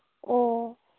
ꯑꯣ